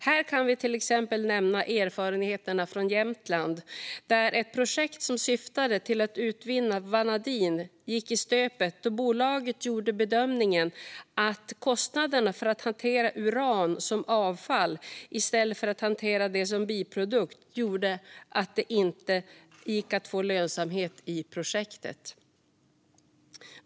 Här kan vi till exempel nämna erfarenheterna från Jämtland där ett projekt som syftade till att utvinna vanadin gick i stöpet då bolaget gjorde bedömningen att kostnaderna för att hantera uran som avfall i stället för att hantera det som biprodukt gjorde att det inte gick att få lönsamhet i projektet.